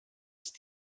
ist